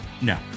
No